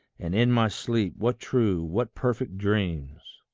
and in my sleep, what true, what perfect dreams!